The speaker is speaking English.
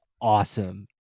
awesome